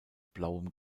blauem